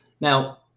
Now